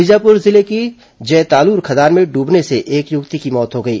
बीजापुर जिले की जयतालूर खदान में डूबने से एक युवती की मौत हो गई